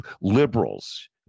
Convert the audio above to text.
liberals